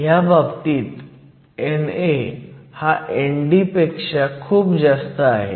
ह्या बाबतीत NA हा ND पेक्षा खूप जास्त आहे